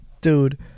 dude